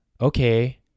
okay